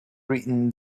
written